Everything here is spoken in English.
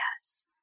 yes